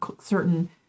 certain